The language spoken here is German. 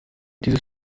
dieses